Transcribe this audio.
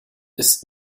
ist